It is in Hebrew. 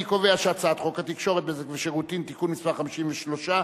אני קובע שהצעת חוק התקשורת (בזק ושידורים) (תיקון מס' 53)